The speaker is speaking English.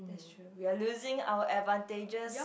that's true we're losing our advantages